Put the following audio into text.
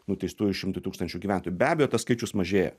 nuteistųjų šimtui tūkstančių gyventojų be abejo tas skaičius mažėja